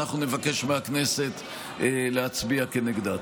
ואנחנו נבקש מהכנסת להצביע נגדה.